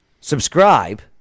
Subscribe